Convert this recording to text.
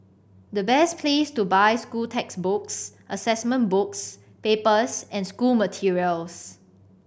the best place to buy school textbooks assessment books papers and school materials